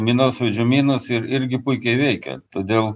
minosvaidžių minos ir irgi puikiai veikia todėl